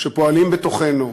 שפועלים בתוכנו,